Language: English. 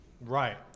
Right